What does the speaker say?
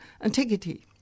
antiquity